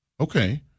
Okay